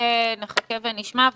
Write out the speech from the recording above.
נחכה ונשמע.